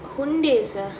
Owndays ah